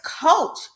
coach